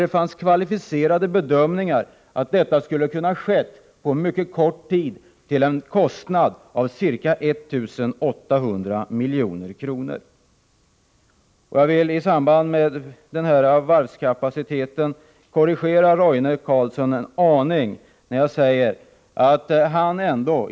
Enligt kvalificerade bedömningar skulle detta kunna ske på mycket kort tid till en kostnad av ca 1 800 milj.kr. När det gäller varvskapaciteten vill jag korrigera Roine Carlsson på en punkt.